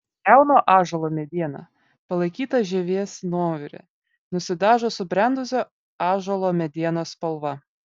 jauno ąžuolo mediena palaikyta žievės nuovire nusidažo subrendusio ąžuolo medienos spalva